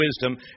wisdom